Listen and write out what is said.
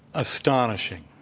astonishing.